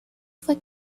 fue